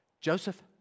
Joseph